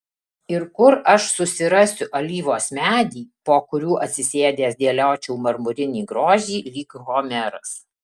ir kur aš susirasiu alyvos medį po kuriuo atsisėdęs dėliočiau marmurinį grožį lyg homeras